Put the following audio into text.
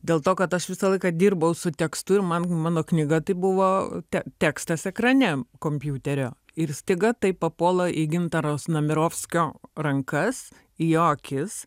dėl to kad aš visą laiką dirbau su tekstu ir man mano knyga tai buvo te tekstas ekrane kompiuterio ir staiga taip papuola į gintaro znamierovskio rankas į jo akis